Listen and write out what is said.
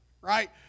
right